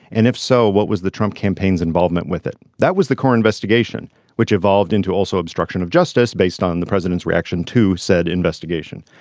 and if so what was the trump campaign's involvement with it. that was the core investigation which evolved into also obstruction of justice based on the president's reaction to said investigation.